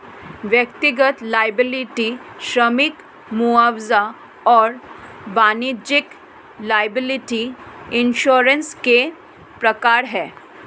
व्यक्तिगत लॉयबिलटी श्रमिक मुआवजा और वाणिज्यिक लॉयबिलटी इंश्योरेंस के प्रकार हैं